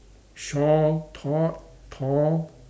short tall tall